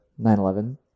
911